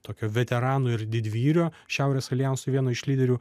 tokio veterano ir didvyrio šiaurės aljanso vieno iš lyderių